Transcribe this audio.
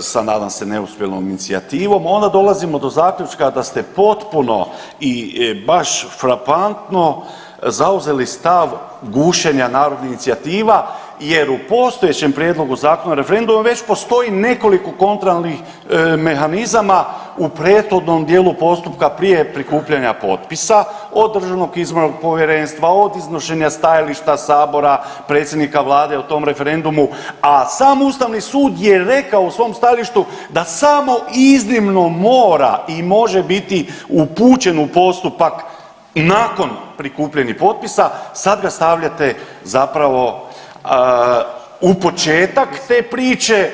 sa nadam se neuspjelom inicijativom onda dolazimo do zaključka da ste potpuno i baš frapantno zauzeli stav gušenja narodnih inicijativa jer u postojećem prijedlogu Zakona o referendumu već postoji nekoliko kontrolnih mehanizama u prethodnom dijelu postupka prije prikupljanja postupka od Državnog izbornog povjerenstva, od iznošenja stajališta sabora, predsjednika vlade o tom referendumu, a sam Ustavni sud je rekao u tom stajalištu da samo iznimno mora i može biti upućen u postupak nakon prikupljenih potpisa, sad ga stavljate zapravo u početak te priče.